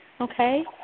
okay